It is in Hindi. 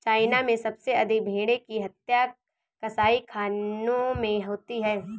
चाइना में सबसे अधिक भेंड़ों की हत्या कसाईखानों में होती है